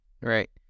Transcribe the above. Right